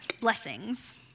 blessings